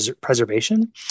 preservation